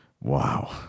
Wow